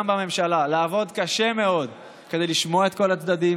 בממשלה לעבודה קשה מאוד כדי לשמוע את כל הצדדים,